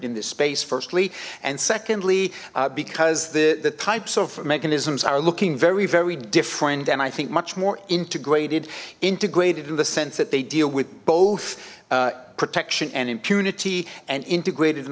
in this space firstly and secondly because the the types of mechanisms are looking very very different and i think much more integrated integrated in the sense that they deal with both protection and impunity and integrated in